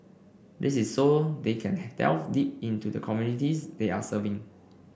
this is so they can delve deep into the communities they are serving